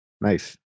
Nice